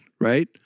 Right